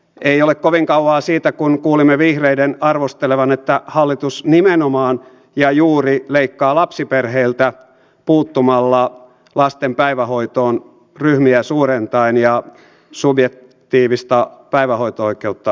ei ole kovin kauan siitä kun kuulimme vihreiden arvostelevan että hallitus nimenomaan ja juuri leikkaa lapsiperheiltä puuttumalla lasten päivähoitoon ryhmiä suurentaen ja subjektiivista päivähoito oikeutta rajaten